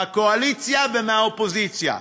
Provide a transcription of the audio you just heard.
מהקואליציה ומהאופוזיציה,